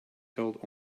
held